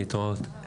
להתראות.